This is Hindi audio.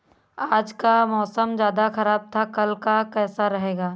आज का मौसम ज्यादा ख़राब था कल का कैसा रहेगा?